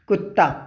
कुत्ता